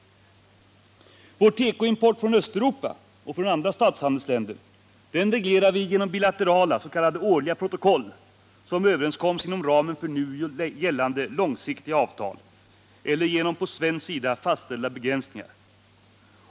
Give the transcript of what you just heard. Vår tekoimport från Östeuropa och andra statshandelsländer reglerar vi genom bilaterala s.k. årliga protokoll, som vi kommer överens om inom ramen för nu gällande långsiktiga avtal eller genom på svensk sida fastställda begränsningar.